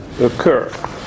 occur